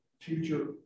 future